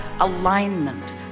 alignment